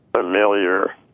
familiar